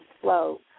flow